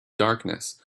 darkness